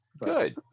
good